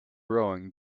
rowing